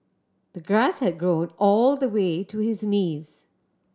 the grass had grown all the way to his knees